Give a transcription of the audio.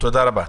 תודה רבה.